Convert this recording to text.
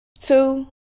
Two